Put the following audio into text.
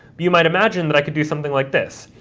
you might imagine that i could do something like this,